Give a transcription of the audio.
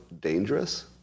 dangerous